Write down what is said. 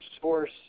source